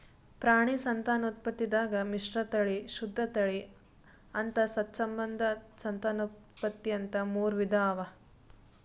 ಪ್ರಾಣಿ ಸಂತಾನೋತ್ಪತ್ತಿದಾಗ್ ಮಿಶ್ರತಳಿ, ಶುದ್ಧ ತಳಿ, ಅಂತಸ್ಸಂಬಂಧ ಸಂತಾನೋತ್ಪತ್ತಿ ಅಂತಾ ಮೂರ್ ವಿಧಾ ಅವಾ